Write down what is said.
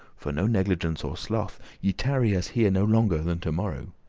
for no negligence or sloth, ye tarry us here no longer than to-morrow.